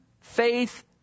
faith